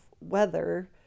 weather